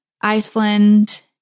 Iceland